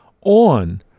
on